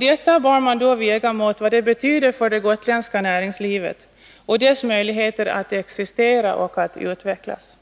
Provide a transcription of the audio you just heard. Detta bör man då väga mot vad det betyder för det gotländska näringslivet och dess möjligheter att existera och utvecklas.